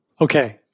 Okay